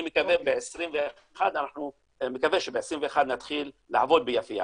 אני מקווה שב-21' נתחיל לעבוד ביפיע,